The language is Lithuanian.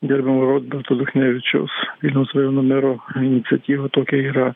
gerbiamo roberto duchnevičiaus vilniaus rajono mero iniciatyva tokia yra